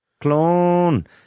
Clone